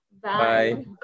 Bye